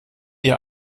ihr